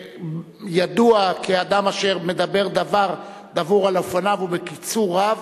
שידוע כאדם אשר מדבר דבר דבור על אופניו ובקיצור רב,